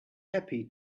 happy